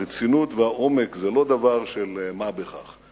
הרצינות והעומק זה לא דבר של מה בכך.